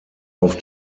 auf